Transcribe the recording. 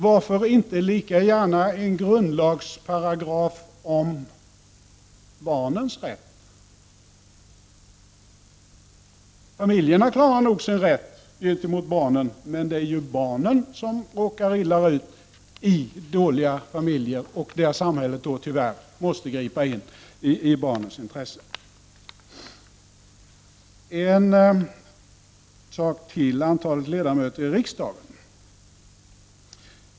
Varför inte lika gärna ha en paragraf i grundlagen om barnens rätt? Familjerna klarar nog sin rätt gentemot barnen. Det är ju barnen som råkar illa ut i dåliga familjer. Där måste samhället, tyvärr, gripa in i barnens intresse. Så till frågan om antalet ledamöter i riksdagen.